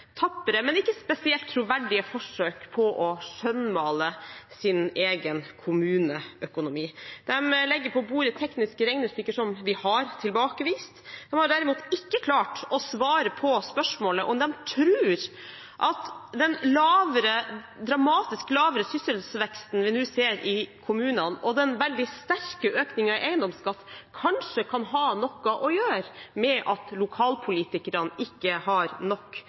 men ikke spesielt troverdige, forsøk på å skjønnmale sin egen kommuneøkonomi. De legger på bordet tekniske regnestykker som vi har tilbakevist. De har derimot ikke klart å svare på spørsmålet om hvorvidt de tror at den dramatisk lavere sysselsettingsveksten vi nå ser i kommunene, og den veldig sterke økningen i eiendomsskatt, kanskje kan ha noe å gjøre med at lokalpolitikerne ikke har nok